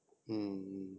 mm